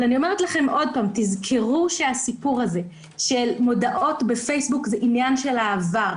אבל תזכרו שהסיפור הזה של מודעות בפייסבוק זה עניין של העבר.